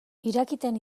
irakiten